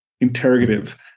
interrogative